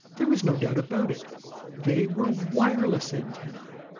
there was no doubt about it they were wireless antennae!